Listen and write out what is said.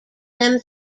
them